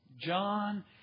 John